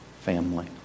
family